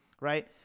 right